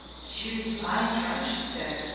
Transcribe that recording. she was blind drunk, she said,